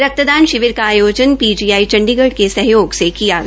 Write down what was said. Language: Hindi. रक्तदान शिविर का आयाज़न पीजीआई चंडीगढ़ के सहयाग से किया गया